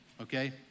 okay